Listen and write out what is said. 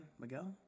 Miguel